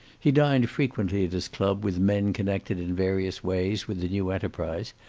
he dined frequently at his club with men connected in various ways with the new enterprise,